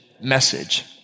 message